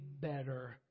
better